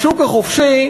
בשוק החופשי